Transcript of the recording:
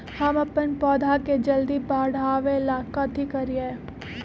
हम अपन पौधा के जल्दी बाढ़आवेला कथि करिए?